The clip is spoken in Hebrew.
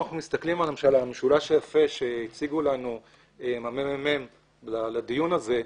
--- המשולש היפה שהציגו לנו מהממ"מ לדיון הזה,